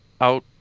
out